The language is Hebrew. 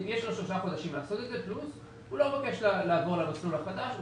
יש לו שלושה חודשים לעשות את זה פלוס הוא לא מבקש לעבור למסלול החדש.